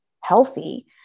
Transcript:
healthy